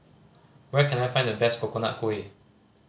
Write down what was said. where can I find the best Coconut Kuih